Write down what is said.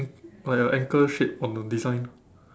like a anchor shape on the design